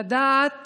לדעת